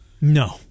No